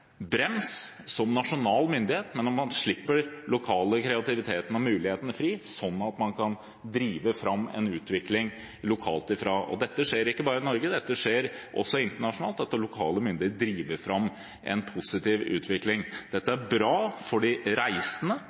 brems som nasjonal myndighet, men at man slipper den lokale kreativiteten og mulighetene fri, sånn at man kan drive fram en utvikling lokalt. Dette skjer ikke bare i Norge, det skjer også internasjonalt at lokale myndigheter driver fram en positiv utvikling. Det er bra for de reisende